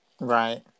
Right